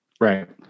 Right